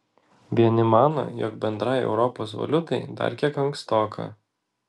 vieni mano jog bendrai europos valiutai dar kiek ankstoka